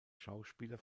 schauspieler